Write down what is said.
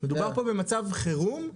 מדובר פה במצב חירום.